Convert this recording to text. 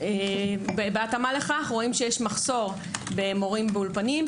בהתאמה לכך רואים שיש מחסור במורים באולפנים,